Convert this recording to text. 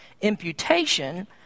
imputation